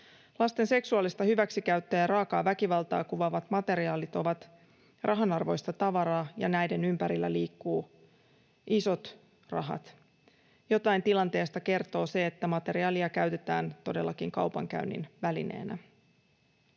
Lasten seksuaalista hyväksikäyttöä ja raakaa väkivaltaa kuvaavat materiaalit ovat rahanarvoista tavaraa, ja näiden ympärillä liikkuu isot rahat. Jotain tilanteesta kertoo se, että materiaalia käytetään todellakin kaupankäynnin välineenä.